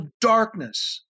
darkness